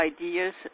ideas